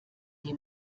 die